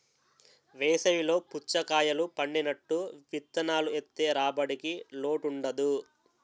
వేసవి లో పుచ్చకాయలు పండినట్టు విత్తనాలు ఏత్తె రాబడికి లోటుండదు